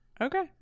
Okay